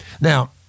Now